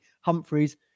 Humphreys